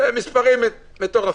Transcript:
זה מספרים מטורפים.